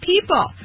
people